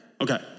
Okay